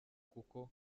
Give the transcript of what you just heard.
kuko